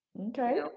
Okay